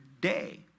day